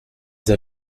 the